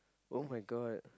[oh]-my-god